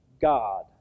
God